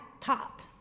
top